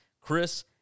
Chris